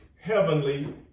heavenly